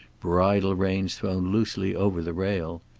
bridle reins thrown loosely over the rail.